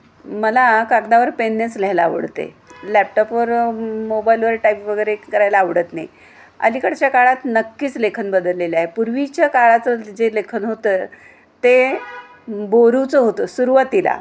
मला कागदावर पेननेच लिहायला आवडते लॅपटॉपवर मोबाईलवर टाईप वगैरे करायला आवडत नाही अलीकडच्या काळात नक्कीच लेखन बदललेले आहे पूर्वीच्या काळाचं जे लेखन होतं ते बोरूचं होतं सुरुवातीला